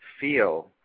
feel